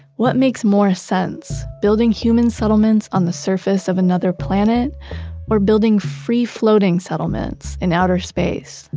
what makes more sense? building human settlements on the surface of another planet or building free floating settlements in outer space?